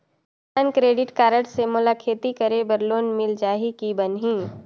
किसान credit card से मोला खेती करे बर लोन मिल जाहि की बनही??